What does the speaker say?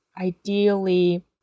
ideally